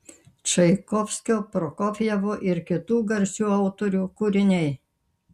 čaikovskio prokofjevo ir kitų garsių autorių kūriniai